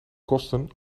kosten